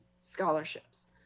scholarships